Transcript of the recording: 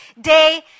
day